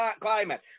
climate